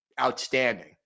outstanding